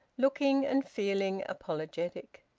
looking and feeling apologetic.